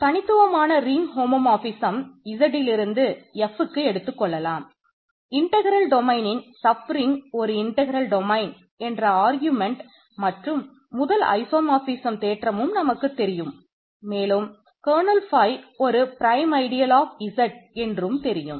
தனித்துவமான ring Z ஆகும்